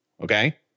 Okay